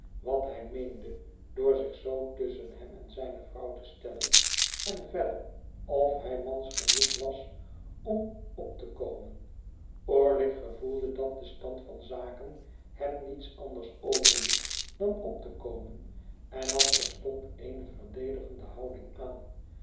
wat hij meende door zich zoo tusschen hem en zijne vrouw te stellen en verder of hij mans genoeg was om op te komen orlick gevoelde dat de stand van zaken hem niets anders overliet dan op te komen en nam terstond eene verdedigende houding aan